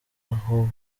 aho